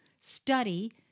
study